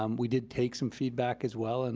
um we did take some feedback as well, and